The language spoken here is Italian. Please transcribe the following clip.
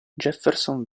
jefferson